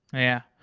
yeah.